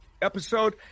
Episode